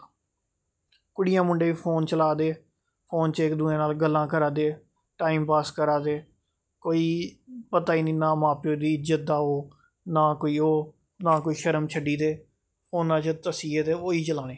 कुड़ियां मुंडे फोन चला दे फोन च इक दूऐ नाल गल्लां करा दे टाइम पास करा दे कोई पता ई नेईं ना मां प्योऽ दी इज्जत दा ओह् ना कोई ओह् ना कोई शरम छड्डी ते उ'न्ना चिर तस्सियै ओही चलाने